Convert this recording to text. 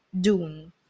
Dune